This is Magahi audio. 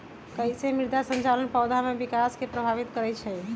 कईसे मृदा संरचना पौधा में विकास के प्रभावित करई छई?